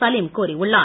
சலீம் கூறியுள்ளார்